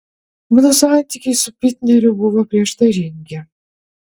mano santykiai su bitneriu buvo prieštaringi